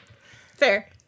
Fair